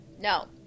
no